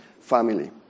family